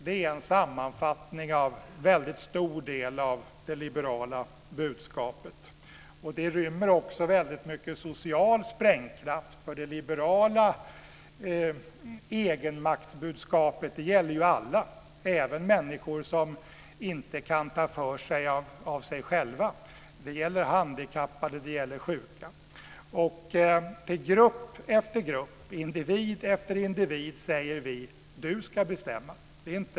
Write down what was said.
Det är en sammanfattning av en väldigt stor del av det liberala budskapet. Det rymmer också väldigt mycket social sprängkraft. Det liberala egenmaktsbudskapet gäller alla och även människor som av sig själva inte kan ta för sig. Det gäller handikappade och sjuka. Till grupp efter grupp, individ efter individ, säger vi: Du ska bestämma.